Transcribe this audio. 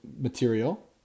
material